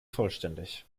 vollständig